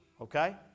Okay